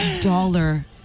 dollar